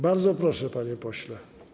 Bardzo proszę, panie pośle.